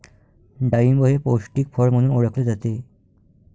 डाळिंब हे पौष्टिक फळ म्हणून ओळखले जाते